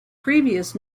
previous